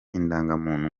indangamuntu